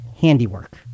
handiwork